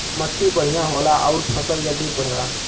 मट्टी बढ़िया होला आउर फसल जल्दी बढ़ला